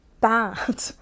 bad